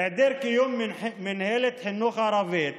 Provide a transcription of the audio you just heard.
היעדר קיום מינהלת חינוך ערבית